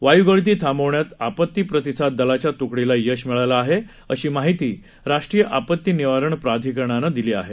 वाय् गळती थांबवण्यात आपती प्रतिसाद दलाच्या तूकडीला यश मिळालं आहे अशी माहिती राष्ट्रीय आपती निवारण प्राधिकरणानं दिली आहे